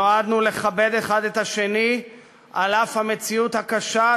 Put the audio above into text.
נועדנו לכבד האחד את השני על אף המציאות הקשה,